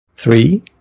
Three